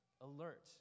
alert